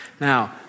Now